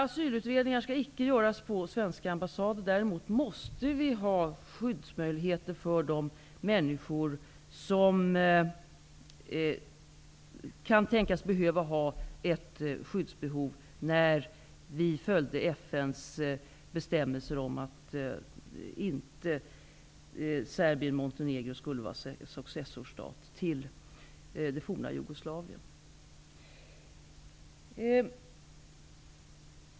Asylutredningar skall inte göras på svenska ambassader, men däremot måste det finnas skyddsmöjligheter för de människor som kan tänkas behöva skydd på grund av FN:s regler att Serbien-Montenegro inte skulle vara successorstat till det forna Jugoslavien.